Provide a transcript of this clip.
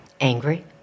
Angry